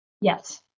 Yes